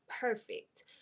perfect